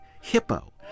Hippo